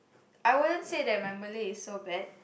I wouldn't say that my Malay is so bad